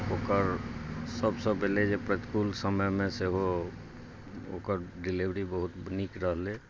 ओकर सभसँ पहिले जे प्रतिकूल समयमे सेहो ओकर डिलीवरी बहुत नीक रहलै